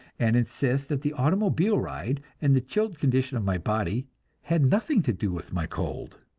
and insist that the automobile ride and the chilled condition of my body had nothing to do with my cold.